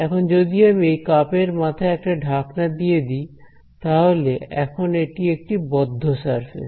এখন যদি আমি এই কাপের মাথায় একটি ঢাকনা দিয়ে দি তাহলে এখন এটি একটি বদ্ধ সারফেস